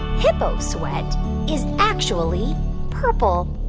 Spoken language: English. hippo sweat is actually purple?